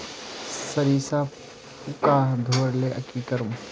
सरिसा पूका धोर ले की करूम?